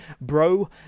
bro